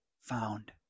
found